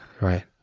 right